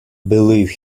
believe